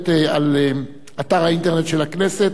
באתר האינטרנט של הכנסת.